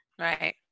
Right